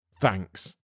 Thanks